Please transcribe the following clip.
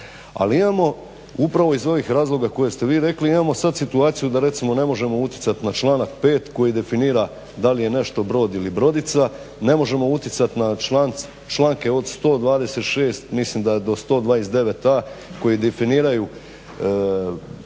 ali imamo upravo iz ovih razloga koje ste vi rekli, imamo sad situaciju da recimo ne možemo utjecat na članak 5. koji definira da li je nešto brod ili brodica, ne možemo utjecat na članke od 126 mislim do 129.a koji definiraju porez